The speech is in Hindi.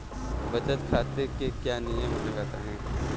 बचत खाते के क्या नियम हैं बताएँ?